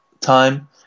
time